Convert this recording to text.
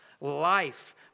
life